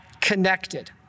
connected